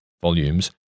volumes